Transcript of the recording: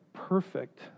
perfect